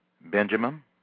Benjamin